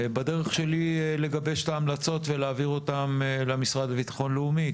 בדרך שלי לגבש את ההמלצות ולהעביר אותן אל המשרד לביטחון לאומי,